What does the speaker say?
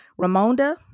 ramonda